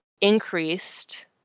increased